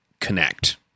connect